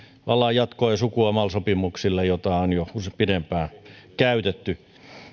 tavallaan jatkoa ja sukua mal sopimuksille joita on jo pidempään käytetty